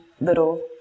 little